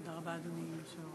תודה רבה, אדוני היושב-ראש.